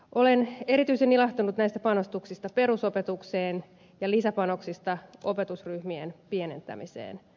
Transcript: olen erityisen ilahtunut näistä panostuksista perusopetukseen ja lisäpanoksista opetusryhmien pienentämiseen